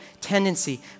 tendency